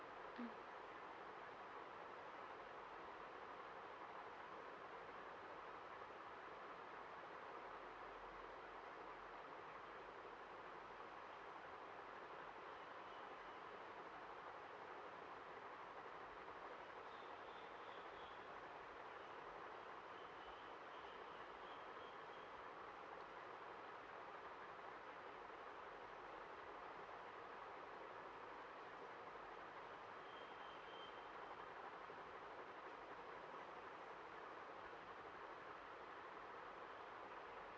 mm